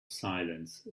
silence